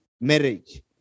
marriage